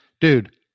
Dude